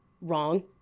Wrong